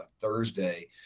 Thursday